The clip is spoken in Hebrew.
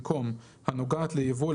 במקום "הנוגעת ליבוא,